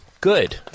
good